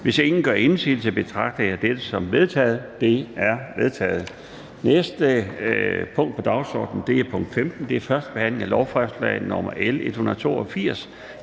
Hvis ingen gør indsigelse, betragter jeg dette som vedtaget. Det er vedtaget. --- Det næste punkt på dagsordenen er: 15) 1. behandling af lovforslag nr. L 182: